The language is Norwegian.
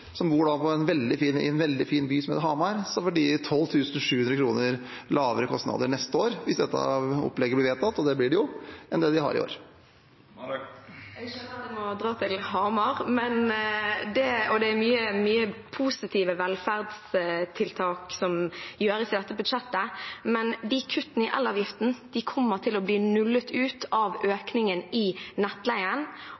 som har et vanlig liv og medianinntekt, og som bor i en veldig fin by som heter Hamar, får de 12 700 kr lavere kostnader neste år enn de har i år, hvis dette opplegget blir vedtatt, og det blir det jo. Jeg skjønner at jeg må dra til Hamar. Det er mange positive velferdstiltak som gjøres i dette budsjettet, men kuttene i elavgiften kommer til å bli nullet ut av